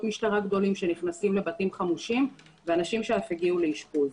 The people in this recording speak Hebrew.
משטרה גדולים שנכנסים לבתים חמושים ואנשים שאף הגיעו לאשפוז.